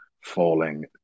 falling